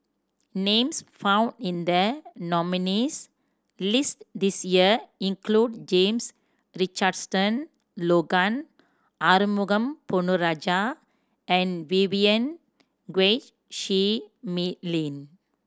names found in the nominees' list this year include James Richardson Logan Arumugam Ponnu Rajah and Vivien Quahe Seah Mei Lin